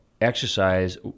exercise